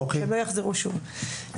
שלא יחזרו שוב.